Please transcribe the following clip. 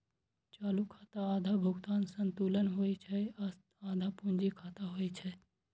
चालू खाता आधा भुगतान संतुलन होइ छै आ आधा पूंजी खाता होइ छै